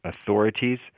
authorities—